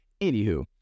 anywho